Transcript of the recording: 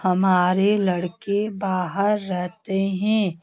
हमारे लड़के बाहर रहते हैं